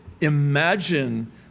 Imagine